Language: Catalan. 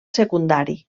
secundari